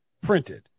printed